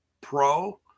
pro